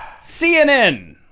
cnn